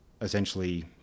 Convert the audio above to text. essentially